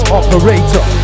operator